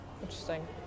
interesting